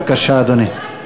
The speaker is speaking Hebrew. בבקשה, אדוני.